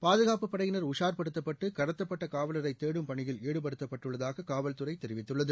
பாதுகாப்புப் படையினர் உஷார்ப்படுத்தப்பட்டு கடத்தப்பட்ட காவலரை தேடும் பணியில் ஈடுபடுத்தப்பட்டுள்ளதாக காவல்துறை தெரிவித்துள்ளது